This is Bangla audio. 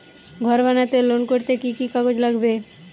ঘর বানাতে লোন করতে কি কি কাগজ লাগবে?